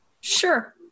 Sure